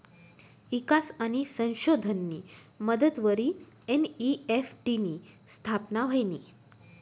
ईकास आणि संशोधननी मदतवरी एन.ई.एफ.टी नी स्थापना व्हयनी